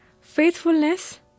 Faithfulness